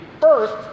first